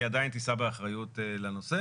היא עדין תישא באחריות לנושא,